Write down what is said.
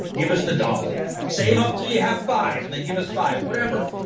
give us the dollar. save up until you have five and then give us five whatever.